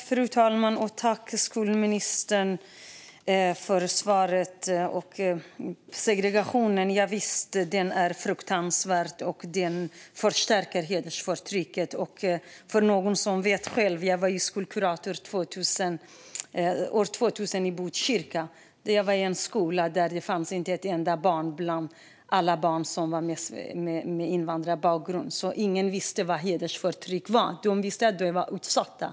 Fru talman! Tack, skolministern, för svaret! Segregationen är fruktansvärd och förstärker hedersförtrycket. Jag var skolkurator i Botkyrka 2000 och var då i en skola där det inte fanns ett enda barn med invandrarbakgrund som visste vad hedersförtryck egentligen var - de visste bara att de var utsatta.